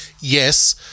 Yes